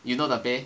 you know the pay